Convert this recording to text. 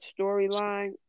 storyline